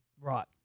Right